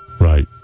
Right